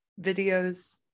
videos